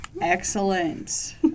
Excellent